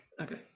Okay